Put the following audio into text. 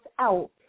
out